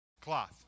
Cloth